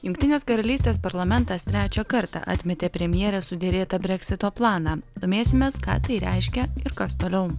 jungtinės karalystės parlamentas trečią kartą atmetė premjerės suderėtą breksito planą domėsimės ką tai reiškia ir kas toliau